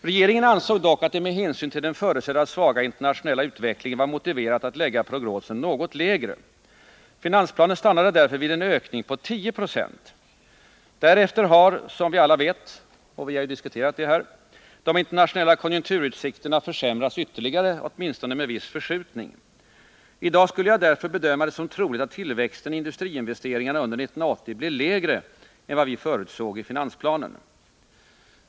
Regeringen ansåg dock att det med hänsyn till den förutsedda svaga internationella utvecklingen var motiverat att lägga prognosen något lägre. Finansplanen stannade därför vid en ökning på 10 96. Därefter har, som vi alla vet och som vi har diskuterat här, de internationella konjunkturutsikterna försämrats ytterligare åtminstone med viss förskjutning. I dag skulle jag därför bedöma det som troligt att tillväxten i industriinvesteringarna under 1980 blir lägre än vad vi förutsåg i finansplanen.